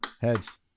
Heads